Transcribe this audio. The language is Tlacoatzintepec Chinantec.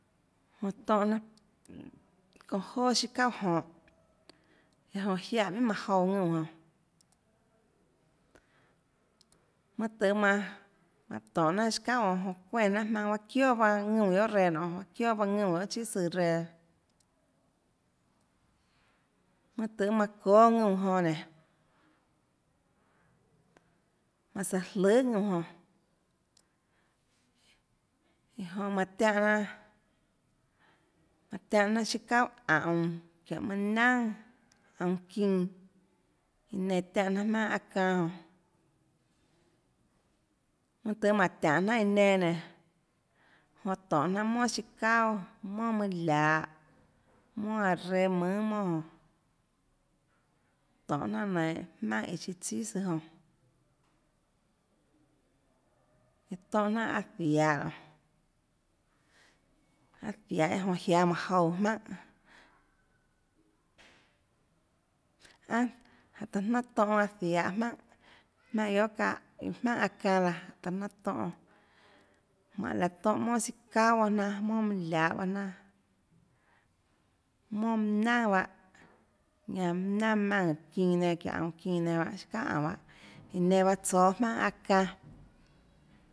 Jonã tónhã jnanà çounã joà siâ çauà jonhå guiaâ jnã jiaè minhà manã jouã ðuúnã jonã mønâ tøhê manã manã tonê jnanà siâ çauà jonãjon çuénã jnanà jmaønâ guaâ çioàpahâ ðuúnã jonã guiohà reãnonê çioàpahâ ðuúnãchíà søã reã mønâ tøhê manã çóâ ðuúnã jonã nénå manã søã jløhà ðuúnå jonã iã jonã manã tiánhãjnanàmanã tiánhãjnanàsiâ çauà aunå çiónhå manâ naønàaunå çinãiã nenã tiánhã jnanà jmaùnà aâ çanâ jonãmønâ tøhê mánhå tiánhå jnanà iã nenã nénå jonã tónhå jnanà monà siâ çauàmonà mønâ lahå monà aã reâ mønhà monà jonãtónhå jnanà nainhå jmaùnhàchiâ chíà søã jonã tónhå jnanà aâ ziahå nonê aâ ziahå jonã jiáâ manã jouã jmaùnhà aùnà jáhå taã jnanà tónhã aâ ziahå jmaùnhà jmaùnhà guiohà jmaùnhà aâ çanâ laãtaã jnanà tónhã jmánhå laã tónhã monà siâ çauà baâ jnanà monà mønâ lahå bahâ jnanàmonà mønâ naønà bahâ ñanã mønâ naønà maùnã çinãçiónhå aunå çinã nenãchiâ çauà aunå bahâ iã nenã bahâ tsóâ jmaùnhà aâ çanâ